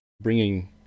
bringing